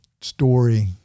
story